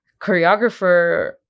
choreographer